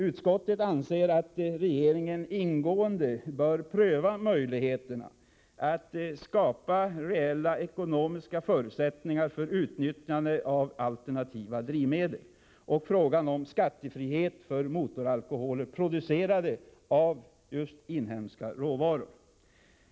Utskottet anser att regeringen ingående bör pröva möjligheterna att skapa reella ekonomiska förutsättningar för utnyttjande av alternativa drivmedel och frågan om skattefrihet för motoralkoholer producerade av inhemska råvaror.